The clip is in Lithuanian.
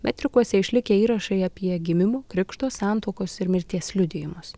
metrikuose išlikę įrašai apie gimimų krikšto santuokos ir mirties liudijimus